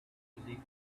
easy